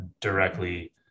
directly